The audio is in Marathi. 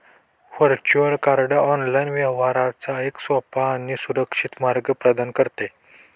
व्हर्च्युअल कार्ड ऑनलाइन व्यवहारांचा एक सोपा आणि सुरक्षित मार्ग प्रदान करते